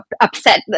upset